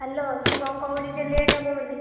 hello ସିଏ କଣ କହୁଛି ଟିକେ ଲେଟ୍ ହେବ ବୋଲି